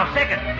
second